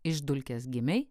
iš dulkės gimei